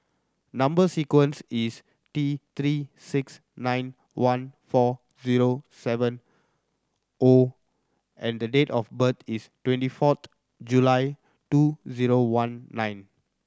number sequence is T Three six nine one four zero seven O and the date of birth is twenty fourth July two zero one nine